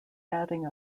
adding